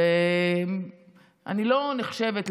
ואני לא נחשבת,